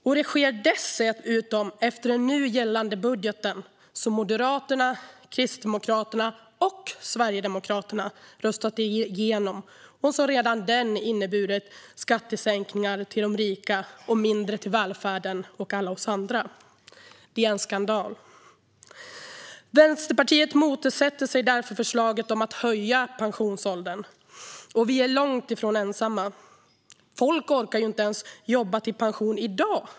Och det sker dessutom efter den nu gällande budgeten, som Moderaterna, Kristdemokraterna och Sverigedemokraterna röstat igenom och som redan den inneburit skattesänkningar till de rika och mindre till välfärden och alla oss andra. Det är en skandal. Vänsterpartiet motsätter sig därför förslaget om att höja pensionsåldern. Och vi är långt ifrån ensamma. Folk orkar ju inte ens jobba till pension i dag!